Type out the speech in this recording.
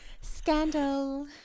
Scandal